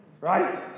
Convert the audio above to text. right